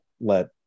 let